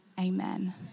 amen